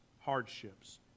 hardships